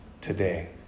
today